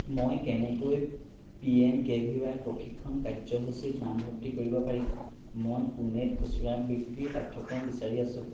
মই কেনেকৈ P M K V Y প্ৰশিক্ষণ কাৰ্যসূচীত নাম ভৰ্তি কৰিব পাৰিম মই পুনেত খুচুৰা বিক্ৰী পাঠ্যক্ৰম বিচাৰি আছো